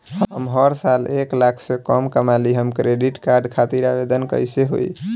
हम हर साल एक लाख से कम कमाली हम क्रेडिट कार्ड खातिर आवेदन कैसे होइ?